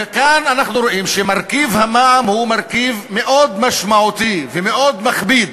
וכאן אנחנו רואים שמרכיב המע"מ הוא מרכיב מאוד משמעותי ומאוד מכביד.